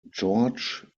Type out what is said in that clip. george